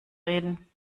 reden